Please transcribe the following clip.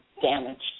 damaged